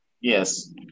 Yes